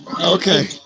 Okay